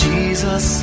Jesus